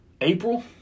April